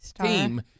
team